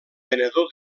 venedor